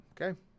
Okay